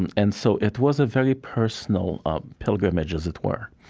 and and so, it was a very personal um pilgrimage, as it were.